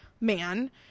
man